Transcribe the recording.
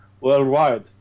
worldwide